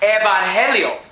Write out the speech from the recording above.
evangelio